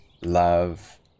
love